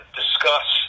discuss